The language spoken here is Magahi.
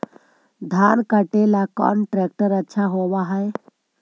धान कटे ला कौन ट्रैक्टर अच्छा होबा है?